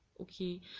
okay